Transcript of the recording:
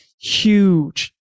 huge